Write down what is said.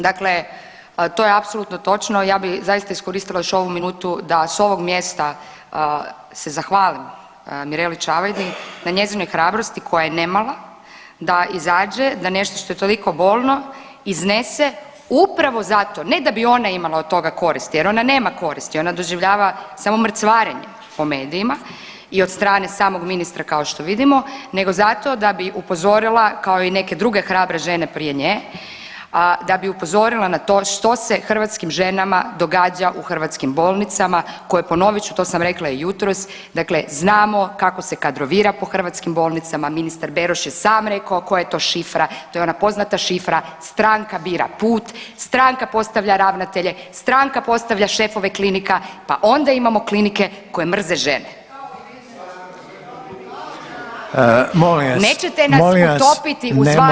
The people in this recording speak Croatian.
Dakle, to je apsolutno točno, ja bi zaista iskoristila još ovu minutu da s ovog mjesta se zahvalim Mireli Čavajdi na njezinoj hrabrosti koja je ne mala da izađe da nešto što je toliko bolno iznese upravo zato ne da bi ona imala od toga koristi jer ona nema koristi, ona doživljava samo mrcvarenje po medijima i od strane samog ministra kao što vidimo nego zato da bi upozorila, kao i neke druge hrabre žene prije nje, da bi upozorila na to što se hrvatskim ženama događa u hrvatskim bolnicama koje, ponovit ću, to sam rekla i jutros, dakle znamo kako se kadrovira po hrvatskim bolnicama, ministar Beroš je sam rekao koja je to šifra, to je ona poznata šifra, stranka bira put, stranka postavlja ravnatelje, stranka postavlja šefove klinika, pa onda imamo klinike koje mrze žene. … [[Upadica iz klupe se ne razumije]] Nećete nas utopiti uz vas nikada, nikad.